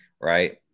Right